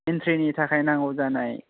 एनट्रिनि थाखाय नांगौ जानाय